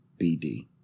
BD